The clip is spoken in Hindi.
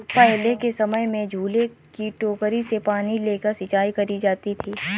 पहले के समय में झूले की टोकरी से पानी लेके सिंचाई करी जाती थी